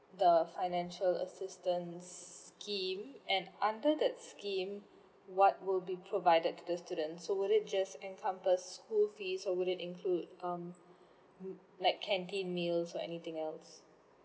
the financial assistance scheme and under the scheme what will be provided to the students so would it just encompass school fees or would it include um like canteen meals or anything else